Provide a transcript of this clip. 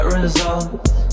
results